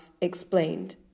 explained